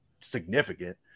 significant